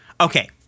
okay